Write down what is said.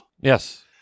Yes